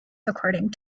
according